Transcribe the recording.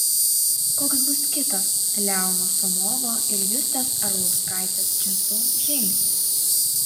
koks bus kitas leono somovo ir justės arlauskaitės jazzu žingsnis